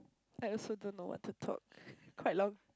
I also don't know what to talk quite long